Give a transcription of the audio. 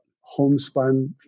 homespun